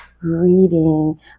reading